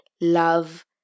love